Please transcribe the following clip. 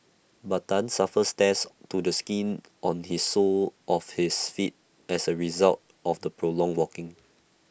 but Tan suffered tears to the skin on his sole of his feet as A result of the prolonged walking